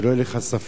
שלא יהיה לך ספק.